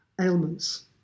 ailments